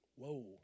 Whoa